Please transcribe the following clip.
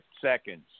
seconds